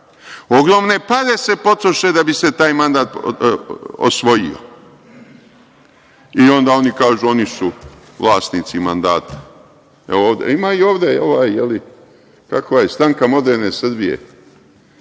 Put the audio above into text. ogromne pare se potroše da bi se taj mandat osvojio i onda oni kažu, oni su vlasnici mandata. Ima i ovde, kakva je Stranka moderne Srbije,